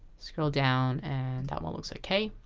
scroll down and that one looks okay